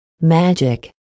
Magic